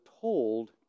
told